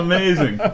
Amazing